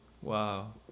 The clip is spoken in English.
wow